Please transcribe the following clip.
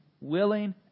willing